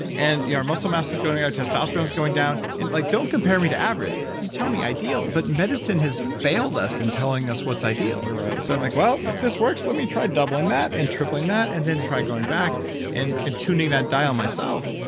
and yeah our muscle mass is going, our testosterone's going down, and like, don't compare me to average. you tell me ideal, but medicine has failed us in telling us what's ideal. you're right. so i'm like well, if this works let me try doubling that and tripling that and then try going back and tuning that dial myself.